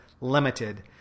limited